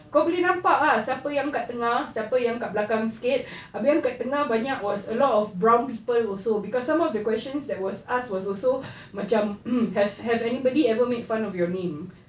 kau boleh nampak ah siapa yang kat tengah siapa yang kat belakang sikit abeh yang kat tengah banyak was a lot of brown people also cause some of the questions that was asked was also macam have have anybody made fun of your name